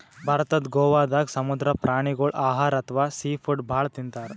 ಭಾರತದ್ ಗೋವಾದಾಗ್ ಸಮುದ್ರ ಪ್ರಾಣಿಗೋಳ್ ಆಹಾರ್ ಅಥವಾ ಸೀ ಫುಡ್ ಭಾಳ್ ತಿಂತಾರ್